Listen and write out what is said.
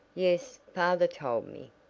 yes, father told me.